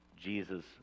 Jesus